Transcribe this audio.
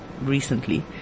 recently